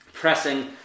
pressing